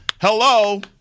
Hello